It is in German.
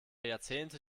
jahrzehnte